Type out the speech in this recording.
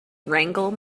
wrangle